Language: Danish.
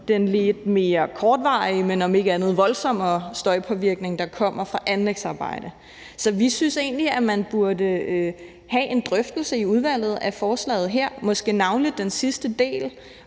den lidt mere kortvarige, men om ikke andet voldsommere støjpåvirkning, der kommer fra anlægsarbejde. Så vi synes egentlig, at man burde have en drøftelse i udvalget af forslaget her, måske navnlig den sidste del,